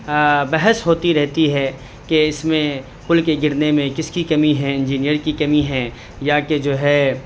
بحث ہوتی رہتی ہے کہ اس میں پل کے گرنے میں کس کی کمی ہیں انجینئر کی کمی ہیں یا کہ جو ہے